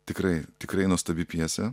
tikrai tikrai nuostabi pjesė